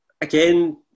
Again